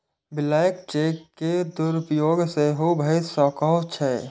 blank cheque के दुरुपयोग सेहो भए सकै छै